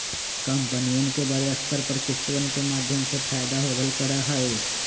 कम्पनियन के बडे स्तर पर किस्तवन के माध्यम से फयदा होवल करा हई